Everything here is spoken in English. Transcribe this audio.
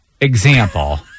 example